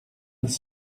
des